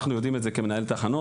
אנחנו יודעים את כמנהלי תחנות,